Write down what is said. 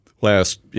last